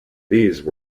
these